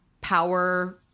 power